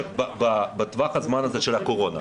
אבל בטווח הזמן הזה של הקורונה,